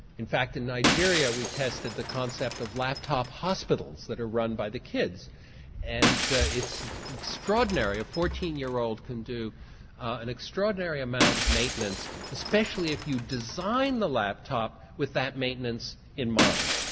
in fact in nigeria we tested the concept of laptop hospitals that are run by the kids and it's extraordinary a fourteen year old can do an extraordinary amount of maintenance especially if you design the laptop with that maintenance in mind.